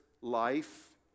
Life